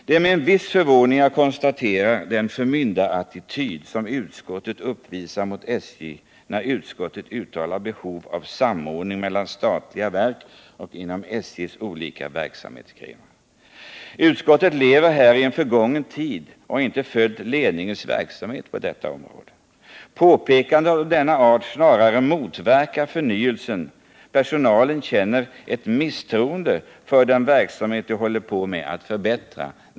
Det är med viss förvåning jag konstaterar den förmyndarattityd som utskottet uppvisar mot SJ, när det talar om ett behov av samordning mellan statliga-verk och SJ:s olika verksamhetsgrenar. Utskottet lever i en förgången tid och har inte följt ledningens verksamhet på detta område. Påpekanden av denna art motverkar snarast förnyelse, då man inom personalen känner misstro mot den verksamhet som man håller på att förbättra.